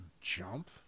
jump